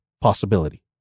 possibility